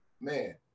man